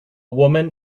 woman